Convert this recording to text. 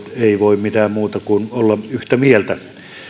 ei voi mitään muuta kuin olla yhtä mieltä